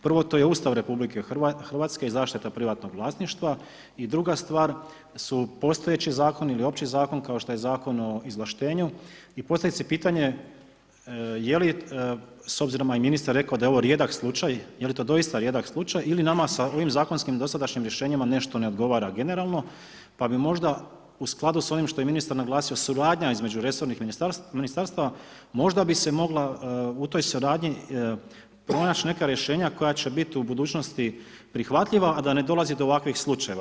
Prvo, to je Ustav Republike Hrvatske i zaštita privatnog vlasništva, i druga stvar su postojeći Zakoni ili opći Zakon kao što je Zakon o izvlaštenju i postavlja se pitanje, je li, s obzirom, a i ministar rekao da je ovo rijedak slučaj, je li to doista rijedak slučaj ili nama sa ovim zakonskim dosadašnjim rješenjima nešto ne odgovara generalno, pa bi možda u skladu s onim što je ministar naglasio, suradnja između resornih Ministarstava, možda bi se mogla u toj suradnji, pronać' neka rješenja koja će biti u budućnosti prihvatljiva a da ne dolazi do ovakvih slučajeva.